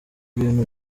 ibintu